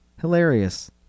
hilarious